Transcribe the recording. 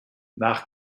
nach